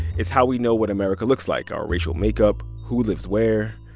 it's how we know what america looks like our racial makeup, who lives where.